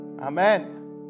Amen